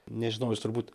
nežinau jis turbūt